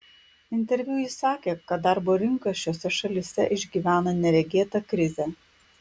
interviu ji sakė kad darbo rinka šiose šalyse išgyvena neregėtą krizę